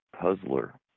Puzzler